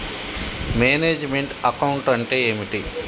Manage meant account అంటే ఏమిటి?